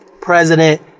president